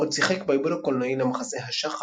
עוד שיחק בעיבוד הקולנועי למחזה "השחף"